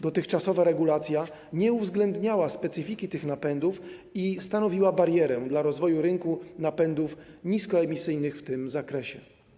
Dotychczasowa regulacja nie uwzględniała specyfiki tych napędów i stanowiła barierę dla rozwoju rynku napędów niskoemisyjnych w tym zakresie.